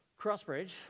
Crossbridge